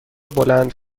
بلند